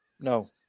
No